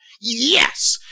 Yes